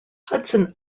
hudson